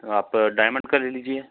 आप डायमंड का ले लीजिए